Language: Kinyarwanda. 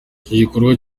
gikorwa